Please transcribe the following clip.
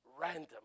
random